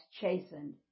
chastened